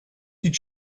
did